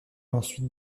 ensuite